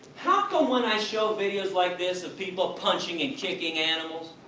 how come when i show videos like this, of people punching and kicking animals,